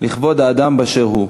לכבוד האדם באשר הוא.